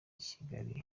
kigali